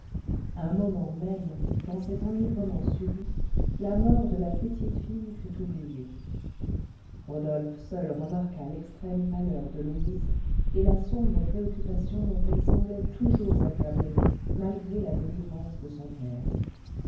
un moment même dans cet enivrement subit la mort de la petite fille fut oubliée rodolphe seul remarqua l'extrême pâleur de louise et la sombre préoccupation dont elle semblait toujours accablée malgré la délivrance de son père